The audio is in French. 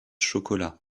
chocolat